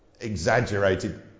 exaggerated